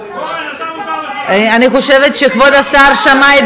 יש לך חברים באופוזיציה שמסייעים.